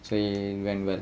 சரி:sari when will